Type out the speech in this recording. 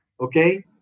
Okay